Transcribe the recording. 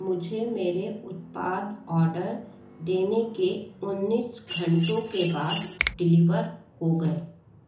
मुझे मेरे उत्पाद आर्डर देने के उन्नीस घंटों के बाद डिलीवर हो गए